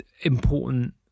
important